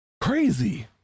Crazy